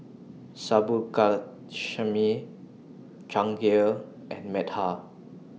Subbulakshmi Jahangir and Medha